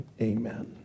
Amen